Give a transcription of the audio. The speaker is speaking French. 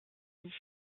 lit